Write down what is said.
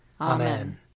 Amen